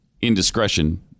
indiscretion